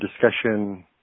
discussion